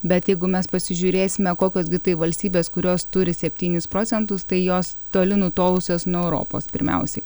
bet jeigu mes pasižiūrėsime kokios gi tai valstybės kurios turi septynis procentus tai jos toli nutolusios nuo europos pirmiausiai